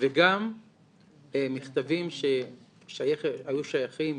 וגם מכתבים שהיו שייכים